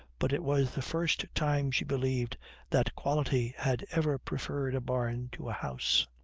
but it was the first time she believed that quality had ever preferred a barn to a house.